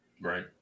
Right